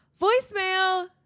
voicemail